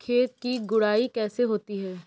खेत की गुड़ाई कैसे होती हैं?